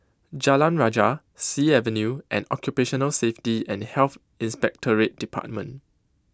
Jalan Rajah Sea Avenue and Occupational Safety and Health Inspectorate department